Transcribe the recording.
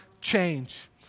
change